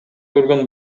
көргөн